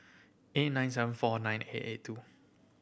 eight nine seven four nine eight eight two